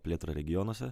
plėtrą regionuose